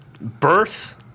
birth